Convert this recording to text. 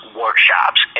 workshops